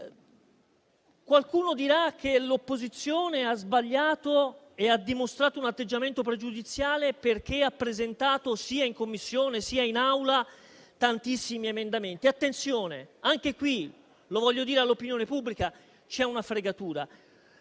Qualcuno dirà che l'opposizione ha sbagliato e ha dimostrato un atteggiamento pregiudiziale perché ha presentato, sia in Commissione, sia in Aula, tantissimi emendamenti. Attenzione, anche qui - lo voglio dire all'opinione pubblica - c'è una fregatura: